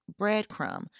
breadcrumb